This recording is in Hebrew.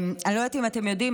אני לא יודעת אם אתם יודעים,